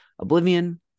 Oblivion